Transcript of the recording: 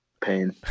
Pain